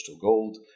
gold